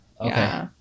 okay